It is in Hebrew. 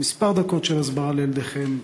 כמה דקות של הסברה לילדיכם,